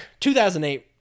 2008